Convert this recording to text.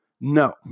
No